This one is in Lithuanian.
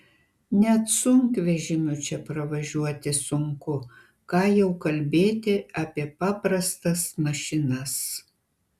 net sunkvežimiu čia pravažiuoti sunku ką jau kalbėti apie paprastas mašinas